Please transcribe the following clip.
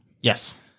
Yes